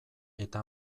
eta